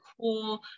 cool